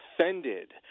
offended